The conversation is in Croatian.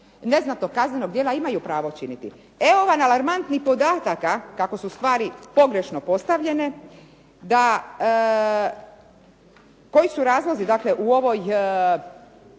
neznatnog kaznenog djela imaju pravo činiti. Evo vam alarmantnih podataka kako su stvari pogrešno postavljene. Koji su razlozi dakle